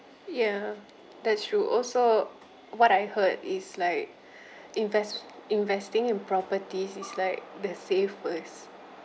ya that's true also what I heard is like invest investing in properties is like the safest